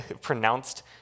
pronounced